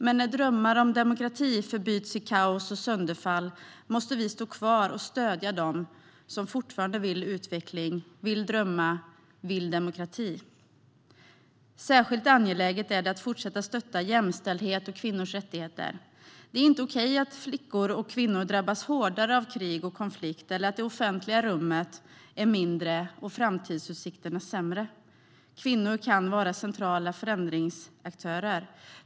Men när drömmar om demokrati förbyts i kaos och sönderfall måste vi stå kvar och stödja dem som fortfarande vill se utveckling, som vill drömma och som vill ha demokrati. Särskilt angeläget är det att fortsätta att stötta jämställdhet och kvinnors rättigheter. Det är inte okej att kvinnor och flickor drabbas hårdare av krig och konflikt eller att det offentliga rummet är mindre och framtidsutsikterna sämre för dem. Kvinnor kan vara centrala förändringsaktörer.